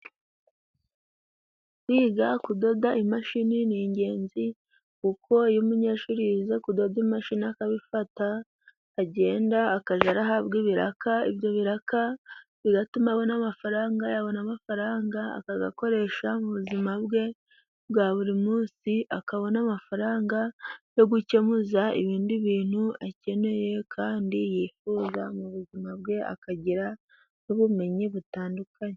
Kwiga kudoda imashini ni ingenzi, kuko iyo umunyeshuri yize kudoda imashini akabifata agenda akajya ahabwa ibiraka. Ibyo biraka bigatuma abona amafaranga, yabona amafaranga akayakoresha mu buzima bwe bwa buri munsi. Akabona amafaranga yo gukemuza ibindi bintu akeneye, kandi yifuza mu buzima bwe, akagira n'ubumenyi butandukanye.